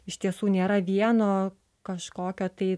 iš tiesų nėra vieno kažkokio tai